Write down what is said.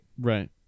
Right